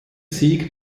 sieg